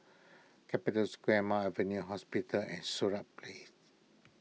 Capital Square Mount Alvernia Hospital and Sirat Place